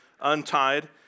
untied